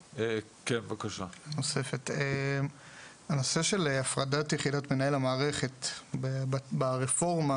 הנושא של הפרדת יחידות מנהל המערכת ברפורמה,